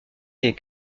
des